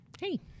hey